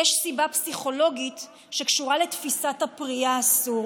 יש סיבה פסיכולוגית שקשורה לתפיסת הפרי האסור